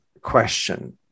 question